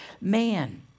man